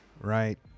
right